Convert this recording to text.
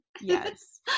Yes